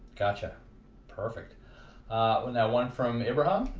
gotcha perfect ah now one from abraham